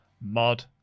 Mod